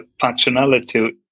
functionality